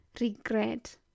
regret